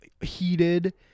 heated